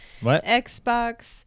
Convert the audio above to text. Xbox